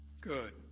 good